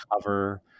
cover